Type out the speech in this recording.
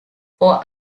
for